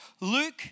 Luke